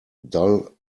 dull